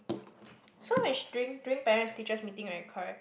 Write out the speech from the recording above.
so when sh~ during during parents teachers meeting right correct